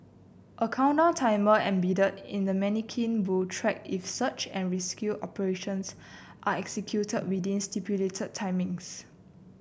a countdown timer embedded in the manikin will track if search and rescue operations are executed within stipulated timings